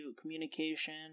communication